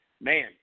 man